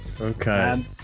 Okay